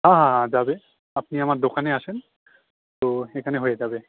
হ্যাঁ হ্যাঁ হ্যাঁ যাবে আপনি আমার দোকানে আসুন তো এখানে হয়ে যাবে